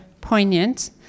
poignant